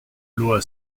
loi